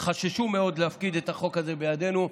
חששו מאוד להפקיד את החוק הזה בידינו,